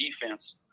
defense